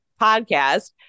podcast